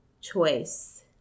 choice